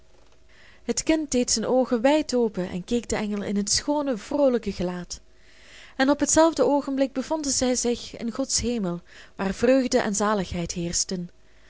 het kind deed zijn oogen wijd open en keek den engel in het schoone vroolijke gelaat en op hetzelfde oogenblik bevonden zij zich in gods hemel waar vreugde en zaligheid heerschten